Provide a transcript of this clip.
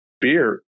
beer